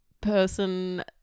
person